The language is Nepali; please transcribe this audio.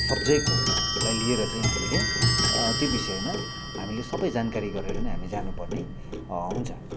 सब्जेक्टहरूलाई लिएर चाहिँ हामीले त्यो विषयमा हामीले सबै जानकारी गरेर नै हामी जानुपर्ने हुन्छ